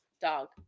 dog